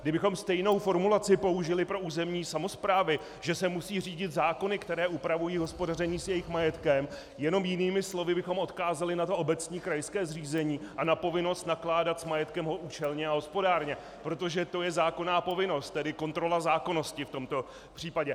Kdybychom stejnou formulaci použili pro územní samosprávy, že se musí řídit zákony, které upravují hospodaření s jejich majetkem, jenom jinými slovy bychom odkázali na obecní, krajské zřízení a na povinnost nakládat s majetkem účelně a hospodárně, protože to je zákonná povinnost, tedy kontrola zákonnosti v tomto případě.